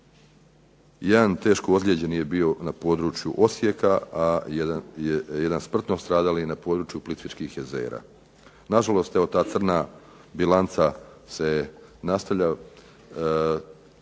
Jedan teško ozlijeđen je bio na području Osijeka, a jedan smrtno stradao na području Plitvičkih jezera. Nažalost ta crna bilanca se nastavlja,